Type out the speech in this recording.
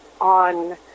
on